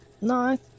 No